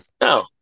No